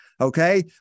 okay